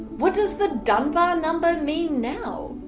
what does the dunbar number mean now?